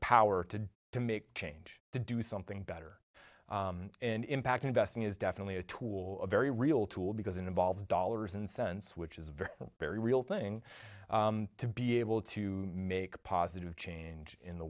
power to do to make change to do something better and impact investing is definitely a tool a very real tool because it involves dollars and cents which is a very very real thing to be able to make a positive change in the